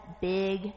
big